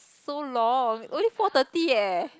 so long only four thirty leh